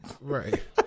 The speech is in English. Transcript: Right